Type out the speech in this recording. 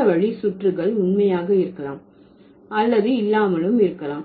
மற்ற வழி சுற்றுகள் உண்மையாக இருக்கலாம் அல்லது இல்லாமலும் இருக்கலாம்